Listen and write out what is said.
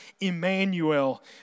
Emmanuel